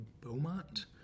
Beaumont